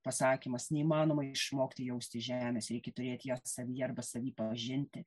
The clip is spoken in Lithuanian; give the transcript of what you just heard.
pasakymas neįmanoma išmokti jausti žemės reikia turėti ją savyje arba savy pažinti